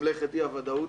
ממלכת אי-הוודאות.